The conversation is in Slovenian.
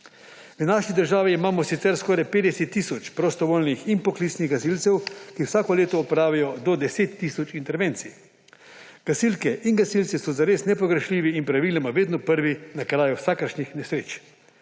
V naši državi imamo sicer skoraj 50 tisoč prostovoljnih in poklicnih gasilcev, ki vsako leto opravijo do 10 tisoč intervencij. Gasilke in gasilci so zares nepogrešljivi in praviloma vedno prvi na kraju vsakršnih nesreč,